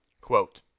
Quote